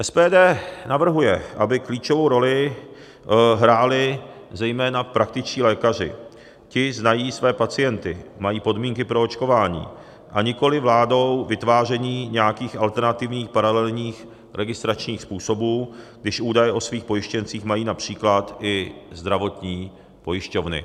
SPD navrhuje, aby klíčovou roli hráli zejména praktičtí lékaři ti znají své pacienty, mají podmínky pro očkování, nikoliv vládou vytváření nějakých alternativních paralelních registračních způsobů, když údaje o svých pojištěncích mají například i zdravotní pojišťovny.